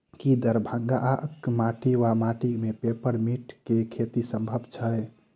की दरभंगाक माटि वा माटि मे पेपर मिंट केँ खेती सम्भव छैक?